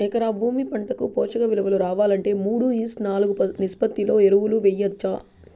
ఎకరా భూమి పంటకు పోషక విలువలు రావాలంటే మూడు ఈష్ట్ నాలుగు నిష్పత్తిలో ఎరువులు వేయచ్చా?